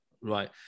Right